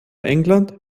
england